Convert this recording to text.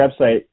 website